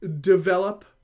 develop